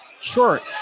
short